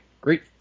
Great